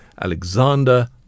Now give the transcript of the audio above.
Alexander